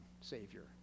Savior